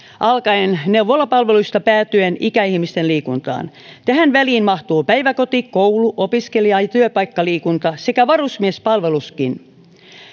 alkaen neuvolapalveluista päätyen ikäihmisten liikuntaan tähän väliin mahtuvat päiväkoti koulu opiskelija ja työpaikkaliikunta sekä varusmiespalveluskin